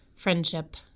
Friendship